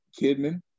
Kidman